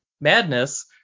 Madness